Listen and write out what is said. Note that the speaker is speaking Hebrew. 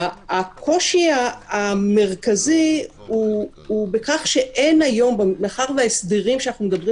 הקושי המרכזי הוא שמאחר וההסברים שאנחנו מדברים